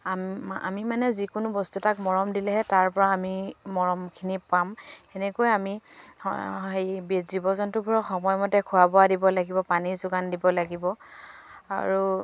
আম আমি মানে যিকোনো বস্তু তাক মৰম দিলেহে তাৰপৰা আমি মৰমখিনি পাম সেনেকৈ আমি হেৰি জীৱ জন্তুবোৰক সময়মতে খোৱা বোৱা দিব লাগিব পানী যোগান দিব লাগিব আৰু